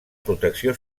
protecció